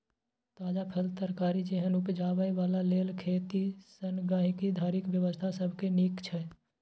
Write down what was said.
ताजा फल, तरकारी जेहन उपजाबै बला लेल खेत सँ गहिंकी धरिक व्यवस्था सबसे नीक छै